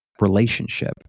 relationship